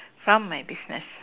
from my business